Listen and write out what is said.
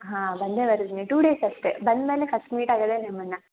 ಹಾಂ ಬಂದೇ ಬರ್ತೀನಿ ಟೂ ಡೇಸ್ ಅಷ್ಟೇ ಬಂದ ಮೇಲೆ ಫಸ್ಟ್ ಮೀಟ್ ಆಗೋದೇ ನಿಮ್ಮನ್ನು